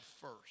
first